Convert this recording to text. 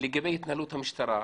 לגבי התנהלות המשטרה,